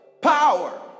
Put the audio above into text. power